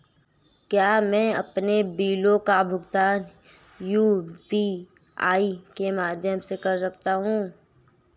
क्या मैं अपने बिलों का भुगतान यू.पी.आई के माध्यम से कर सकता हूँ?